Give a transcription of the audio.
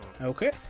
Okay